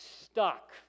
stuck